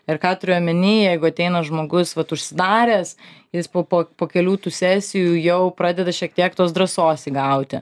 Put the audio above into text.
ir ką turiu omeny jeigu ateina žmogus vat užsidaręs jis po po po kelių tų sesijų jau pradeda šiek tiek tos drąsos įgauti